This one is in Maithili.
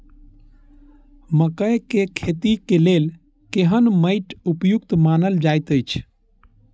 मकैय के खेती के लेल केहन मैट उपयुक्त मानल जाति अछि?